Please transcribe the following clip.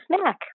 snack